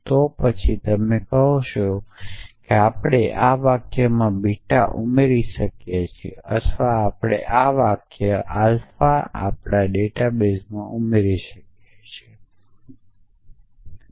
તો પછી તમે કહો કે આપણે આ વાક્યમાં બીટા ઉમેરી શકીએ છીએ અથવા આપણે આ વાક્ય આલ્ફા આપણા ડેટાબેસમાં ઉમેરી શકીએ છીએ